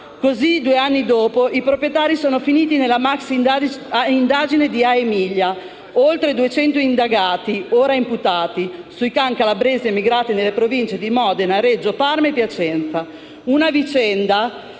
Così due anni dopo, i proprietari sono finiti nella maxi indagine "Aemilia" (oltre 200 indagati, ora imputati) sui *clan* calabresi emigrati nelle Province di Modena, Reggio, Parma e Piacenza. Signora